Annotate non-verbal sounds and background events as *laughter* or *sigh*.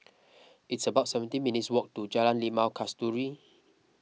*noise* it's about seventeen minutes' walk to Jalan Limau Kasturi